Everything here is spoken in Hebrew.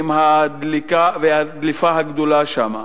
עם הדליפה הגדולה שם.